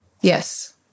Yes